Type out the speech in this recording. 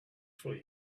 for